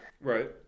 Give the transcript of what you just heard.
Right